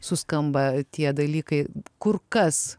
suskamba tie dalykai kur kas